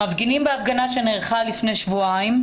המפגינים בהפגנה שנערכה לפני שבועיים,